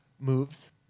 moves